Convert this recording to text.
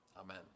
Amen